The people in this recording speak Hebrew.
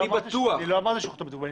לא אמרתי שהוא חותמת גומי.